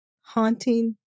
Haunting